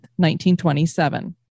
1927